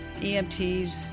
EMTs